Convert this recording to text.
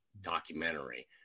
documentary